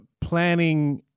planning